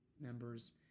members